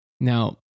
Now